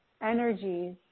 energies